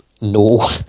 no